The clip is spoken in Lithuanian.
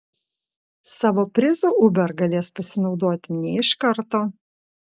savo prizu uber galės pasinaudoti ne iš karto